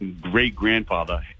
great-grandfather